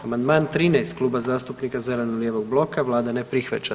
Amandman 13 Kluba zastupnika zeleno-lijevog bloka, Vlada ne prihvaća.